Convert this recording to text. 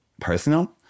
personal